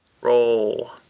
Roll